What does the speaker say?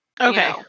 okay